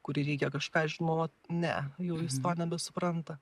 kur reikia kažką žinot ne jau jis to nebesupranta